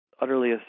utterly